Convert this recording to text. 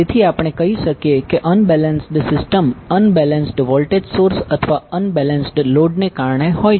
તેથી આપણે કહી શકીએ કે unbalanced system unbalanced voltage source અથવા અનબેલેન્સ્ડ લોડને કારણે હોય છે